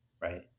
right